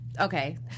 okay